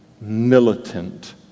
militant